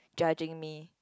judging me